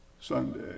Sunday